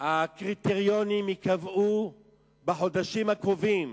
הקריטריונים ייקבעו בחודשים הקרובים,